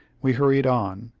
we hurried on,